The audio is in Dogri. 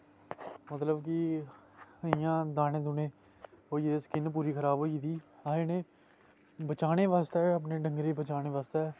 मतलव कि इ'यां दाने दूनें होई गेदे स्किन पूरी खराब होई गेदी असें इनें ई बचानै बास्तै अपने डंगरे बचानै बास्तै